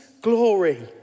glory